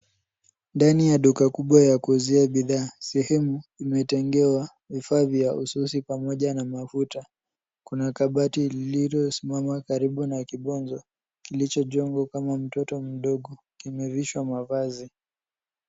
Ndani ya duka kubwa ya kuuzia bidhaa sehemu imetengewa vifaa vya upishi pamoja na mafuta. Kuna kabati lililosimama karibu na kibonzo kilichojengwa kama mtoto mdogo kimevishwa mavazi.